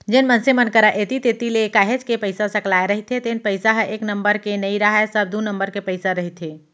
जेन मनसे मन करा ऐती तेती ले काहेच के पइसा सकलाय रहिथे तेन पइसा ह एक नंबर के नइ राहय सब दू नंबर के पइसा रहिथे